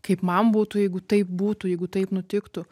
kaip man būtų jeigu taip būtų jeigu taip nutiktų